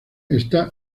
está